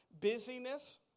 busyness